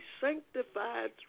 sanctified